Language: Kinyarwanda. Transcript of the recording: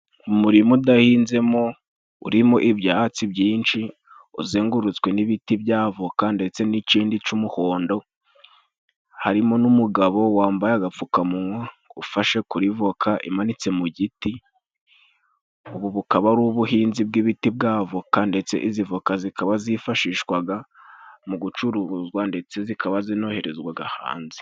Umurima udahinzemo urimo ibyatsi byinshi, uzengurutswe n'ibiti bya avoka ndetse n'icindi c'umuhondo, harimo n'umugabo wambaye agapfukamunwa ufashe kuri voka imanitse mu giti. Ubu bukaba ari ubuhinzi bw'ibiti bwa avoka ndetse izi voka zikaba zifashishwaga, mu gucuruzwa ndetse zikaba zinoherezwaga hanze.